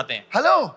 Hello